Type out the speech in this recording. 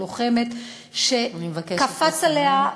הלוחמת שקפץ עליה,